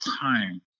time